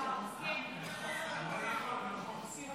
סעיף 5, כהצעת